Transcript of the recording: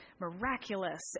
miraculous